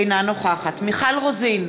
אינה נוכחת מיכל רוזין,